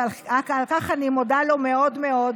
ועל כך אני מודה לו מאוד מאוד,